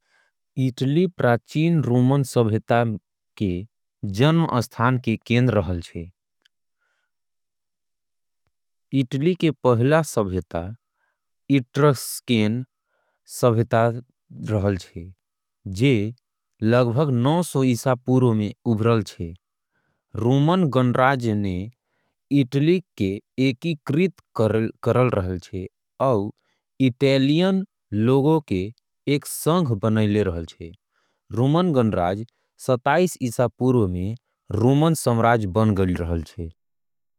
इटली प्राचीन रोमन सभ्यता के जन्म के केंद्र रहल छे। इटली के पहला सभ्यता रहल छे ये लगभग नौ सौ। ईशा पूर्व में उभरल छे जे रोमन गणराज्य के इटली के। एकीकृत करल रहे छे औ इटैलियन लोगों का एक संघ। बनाल गए रहल छे आऊ रोमन सम्राज्य बन गए रहल छे।